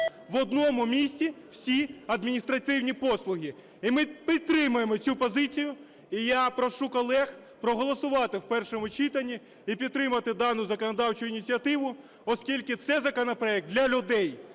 В одному місці всі адміністративні послуги. І ми підтримуємо цю позицію, і я прошу колег проголосувати в першому читанні і підтримати дану законодавчу ініціативу, оскільки це законопроект для людей.